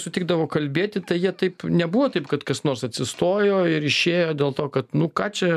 sutikdavo kalbėti tai jie taip nebuvo taip kad kas nors atsistojo ir išėjo dėl to kad nu ką čia